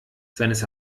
seines